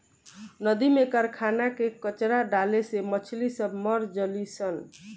नदी में कारखाना के कचड़ा डाले से मछली सब मर जली सन